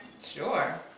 Sure